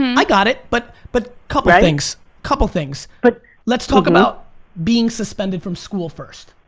i got it, but but couple things, couple things. but let's talk about being suspended from school first.